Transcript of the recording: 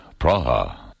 Praha